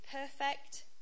perfect